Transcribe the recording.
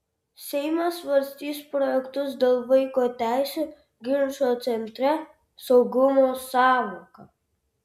seimas svarstys projektus dėl vaiko teisių ginčo centre saugumo sąvoka